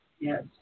Yes